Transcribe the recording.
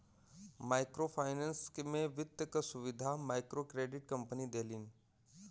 micro finance में वित्त क सुविधा मइक्रोक्रेडिट कम्पनी देलिन